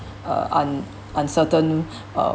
uh un~ uncertain uh